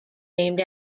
named